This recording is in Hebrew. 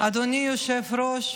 אדוני היושב-ראש.